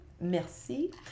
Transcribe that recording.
Merci